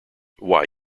why